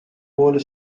whole